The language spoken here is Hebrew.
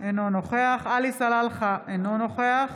אינו נוכח עלי סלאלחה, אינו נוכח